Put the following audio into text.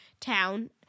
town